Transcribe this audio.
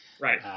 Right